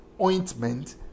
ointment